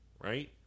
Right